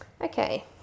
Okay